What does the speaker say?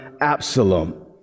absalom